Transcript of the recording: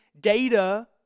data